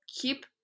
keep